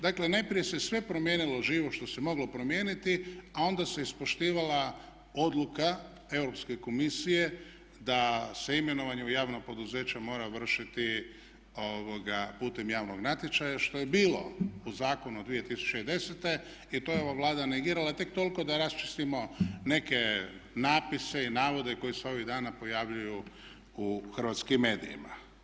Dakle najprije se sve promijenilo živo što se moglo promijeniti a onda se ispoštivala odluka Europske komisije da se imenovanje u javno poduzeće mora vršiti putem javnog natječaja što je bilo u zakonu od 2010. i to je ova Vlada negirala tek toliko da raščistimo neke napise i navode koji se ovih dana pojavljuju u hrvatskim medijima.